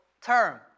term